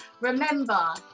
Remember